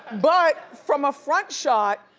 but from a front shot,